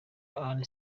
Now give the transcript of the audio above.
anna